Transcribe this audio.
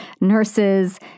nurses